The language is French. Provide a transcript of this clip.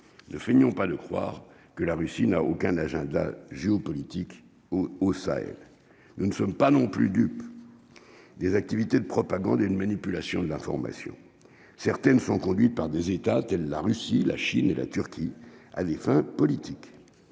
le finiront pas de croire que la Russie n'a aucun agenda géopolitiques au Sahel, nous ne sommes pas non plus dupe des activités de propagande et une manipulation de l'information. Certaines sont conduites par des États tels la Russie, la Chine et la Turquie, à des fins politiques,